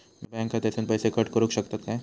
माझ्या बँक खात्यासून पैसे कट करुक शकतात काय?